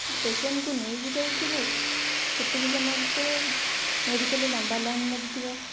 ଗୋଟେ ପେସେଣ୍ଟ୍କୁ ନେଇକି ଯାଇଥିବୁ ସେତିକି ସମୟ ଭିତରେ ମେଡ଼ିକାଲ୍ରେ ଲମ୍ବା ଲାଇନ୍ ଲାଗିଥିବ